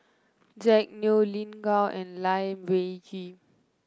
Jack Neo Lin Gao and Lai Weijie